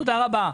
תודה רבה.